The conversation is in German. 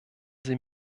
sie